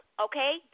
okay